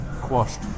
quashed